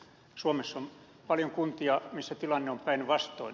suomessa on paljon kuntia joissa tilanne on päinvastoin